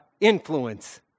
influence